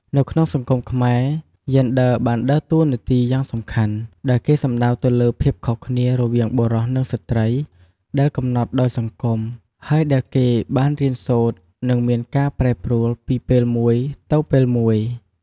នៅក្នុងសង្គមខ្មែរយេនឌ័របានដើរតួរយ៉ាងសំខាន់ ដែលគេសំដៅទៅលើភាពខុសគ្នា រវាងបុរសនិងស្រ្តីដែលកំណត់ដោយសង្គម ហើយដែលគេបានរៀនសូត្រ និងមានការប្រែប្រួលពីពេលមួយទៅពេលមួយ ។